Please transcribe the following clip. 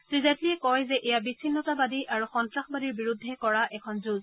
শ্ৰীজেটলীয়ে কয় যে এয়া বিছিন্নতাবাদী আৰু সন্তাসবাদীৰ বিৰুদ্ধে কৰা এখন যুঁজ